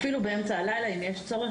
אפילו באמצע הלילה אם יש צורך,